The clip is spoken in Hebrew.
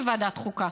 בוועדת החוקה,